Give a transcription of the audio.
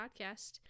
podcast